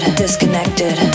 disconnected